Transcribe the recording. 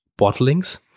bottlings